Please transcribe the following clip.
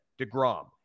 DeGrom